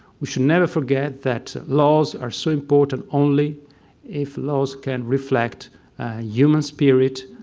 we should never forget that laws are so important only if laws can reflect a human spirit,